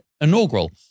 inaugural